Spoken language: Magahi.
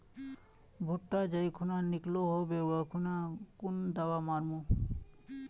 भुट्टा जाई खुना निकलो होबे वा खुना कुन दावा मार्मु?